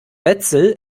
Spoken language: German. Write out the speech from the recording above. wetzel